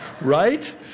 Right